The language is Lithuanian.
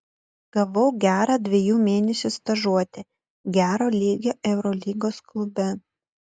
gavau gerą dviejų mėnesių stažuotę gero lygio eurolygos klube